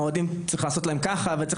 האוהדים צריך לעשות להם ככה וצריך